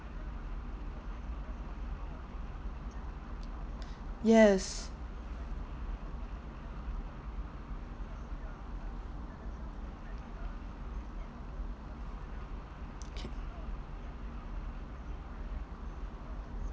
yes okay